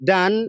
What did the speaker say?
Dan